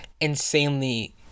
insanely